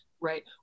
Right